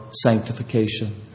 sanctification